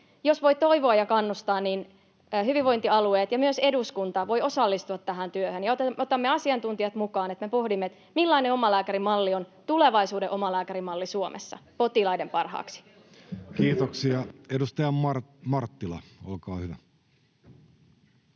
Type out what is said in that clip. jos voi toivoa ja kannustaa, niin hyvinvointialueet ja myös eduskunta voivat osallistua tähän työhön. Me otamme asiantuntijat mukaan, niin että me pohdimme, millainen omalääkärimalli on tulevaisuuden omalääkärimalli Suomessa — potilaiden parhaaksi. Kiitoksia. — Edustaja Marttila, olkaa hyvä.